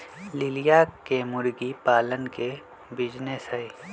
लिलिया के मुर्गी पालन के बिजीनेस हई